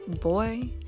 boy